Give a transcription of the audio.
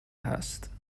هست